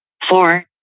four